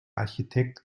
architekt